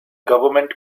government